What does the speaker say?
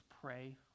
pray